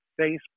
Facebook